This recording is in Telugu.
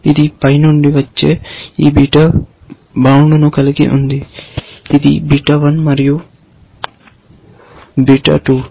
ఇది పై నుండి వచ్చే ఈ బీటా బౌండ్ను కలిగి ఉంది ఇది బీటా 1 మరియు బీటా 2